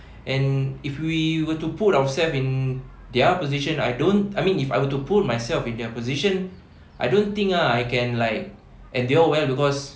and if we were to put ourselves in their position I don't I mean if I were to put myself in their positions I don't think ah I can like endure well cause